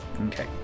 Okay